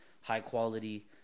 high-quality